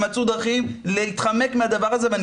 הם מצאו דרכים להתחמק מהדבר הזה ואני